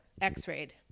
X-rayed